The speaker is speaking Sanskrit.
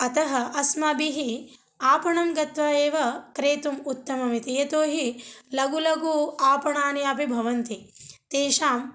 अतः अस्माभिः आपणं गत्वा एव क्रेतुम् उत्तममिति यतो हि लघु लघु आपणानि अपि भवन्ति तेषाम्